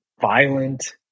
violent